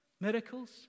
miracles